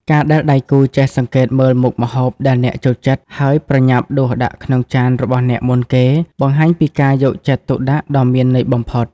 ការដែលដៃគូចេះសង្កេតមើលមុខម្ហូបដែលអ្នកចូលចិត្ត ហើយប្រញាប់ដួសដាក់ក្នុងចានរបស់អ្នកមុនគេ បង្ហាញពីការយកចិត្តទុកដាក់ដ៏មានន័យបំផុត។